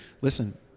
Listen